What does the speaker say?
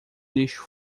lixo